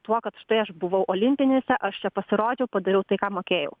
tuo kad štai aš buvau olimpinėse aš čia pasirodžiau padariau tai ką mokėjau